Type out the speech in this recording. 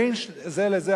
בין זה לזה,